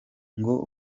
ngo